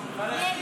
56